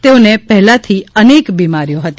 તેઓને પહેલાથી અનેક બિમારીઓ હતી